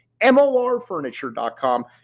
morfurniture.com